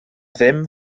ddim